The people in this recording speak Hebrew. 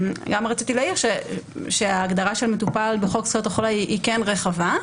רציתי להעיר שההגדרה של מטופל בחוק זכויות החולה היא כן רחבה,